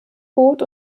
boot